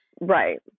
right